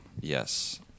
yes